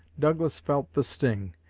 douglas felt the sting,